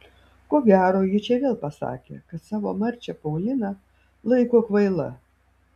ko gero ji čia vėl pasakė kad savo marčią pauliną laiko kvaila